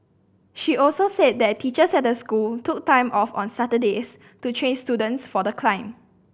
she also said that the teachers at the school took time off on Saturdays to train students for the climb